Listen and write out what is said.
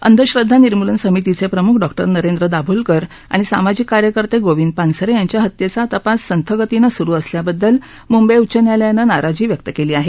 अंधश्रद्वा निर्मूलन समितीचे प्रमुख डॉक्टर नरेंद्र दाभोलकर आणि सामाजिक कार्यकर्ते गोविंद पानसरे यांच्या हत्येचा तपास संथगतीनं सुरू असल्याबद्दल मुंबई उच्च न्यायालयानं नाराजी व्यक्त केली आहे